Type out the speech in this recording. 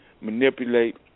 manipulate